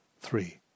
three